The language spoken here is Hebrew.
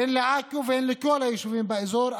הן לעכו והן לכל היישובים באזור,